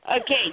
Okay